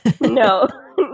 No